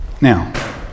Now